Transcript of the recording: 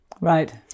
Right